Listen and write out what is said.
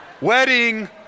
Wedding